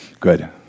Good